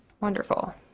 Wonderful